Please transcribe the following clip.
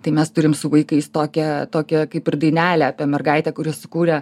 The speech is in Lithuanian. tai mes turim su vaikais tokią tokią kaip ir dainelę apie mergaitę kuris kuria